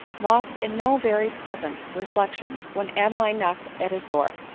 lost in no very pleasant re flections, when adeline knocked at his door.